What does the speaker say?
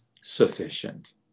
sufficient